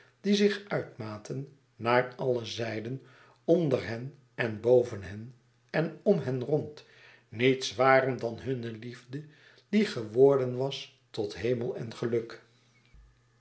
die zich uitmaten naar alle zijden onder hen en boven hen en om hen rond niets waren dan hunne liefde die geworden was tot hemel en geluk